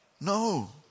no